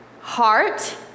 heart